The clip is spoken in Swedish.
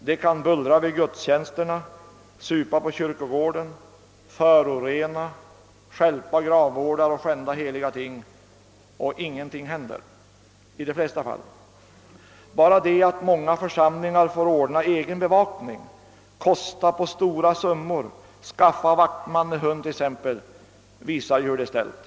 De kan bullra vid gudstjänsterna, supa på kyrkogården, förorena, stjälpa gravvårdar och skända heliga ting — i de flesta fall händer ingenting. Bara det att många församlingar får ordna egen bevakning till stora kostnader — exempelvis skaffa vaktman med hund — visar hur det är ställt.